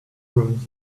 ruins